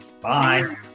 Bye